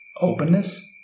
openness